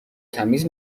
تمیز